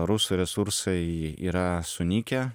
rusų resursai yra sunykę